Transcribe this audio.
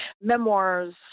memoirs